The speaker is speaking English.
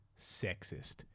sexist